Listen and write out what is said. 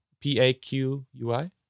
P-A-Q-U-I